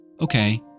okay